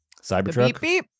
Cybertruck